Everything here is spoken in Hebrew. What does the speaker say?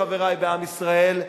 חברי בעם ישראל,